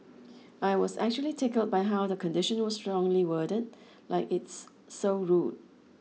I was actually tickled by how the condition was strongly worded like it's so rude